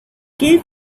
gave